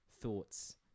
Thoughts